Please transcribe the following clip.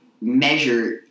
measure